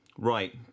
Right